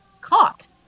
caught